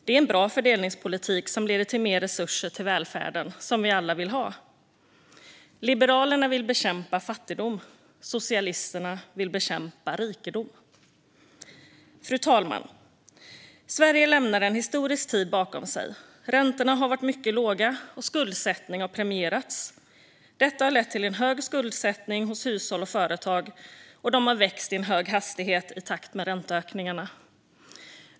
Det är en bra fördelningspolitik som leder till mer resurser till den välfärd som vi alla vill ha. Liberalerna vill bekämpa fattigdom. Socialisterna vill bekämpa rikedom. Fru talman! Sverige lämnar en historisk tid bakom sig. Räntorna har varit mycket låga, och skuldsättning har premierats. Detta har lett till en hög skuldsättning hos hushåll och företag som har växt i hög hastighet i takt med ränteökningarna.